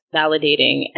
validating